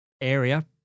area